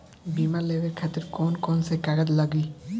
बीमा लेवे खातिर कौन कौन से कागज लगी?